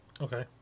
okay